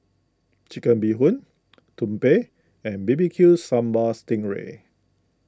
Chicken Bee Hoon Tumpeng and B B Q Sambal Sting Ray